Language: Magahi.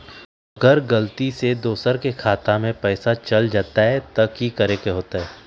अगर गलती से दोसर के खाता में पैसा चल जताय त की करे के होतय?